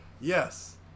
yes